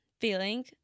feeling